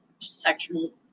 sexual